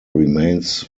remains